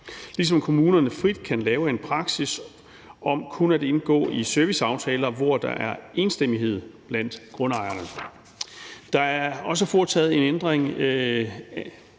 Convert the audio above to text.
ligesom kommunerne frit kan lave en praksis om kun at indgå i serviceaftaler, hvor der er enstemmighed blandt grundejerne. Der er også foretaget en ændring